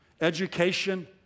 education